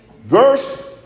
Verse